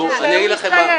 אני אגיד לכם מה.